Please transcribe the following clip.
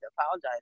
apologize